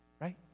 right